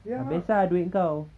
habis ah duit engkau